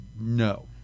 no